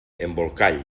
embolcall